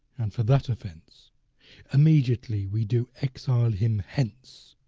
and for that offence immediately we do exile him hence